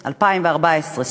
2014,